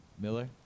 Miller